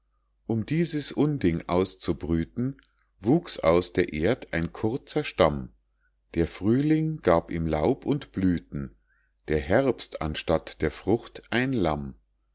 um dieses unding auszubrüten wuchs aus der erd ein kurzer stamm der frühling gab ihm laub und blüthen der herbst anstatt der frucht ein lamm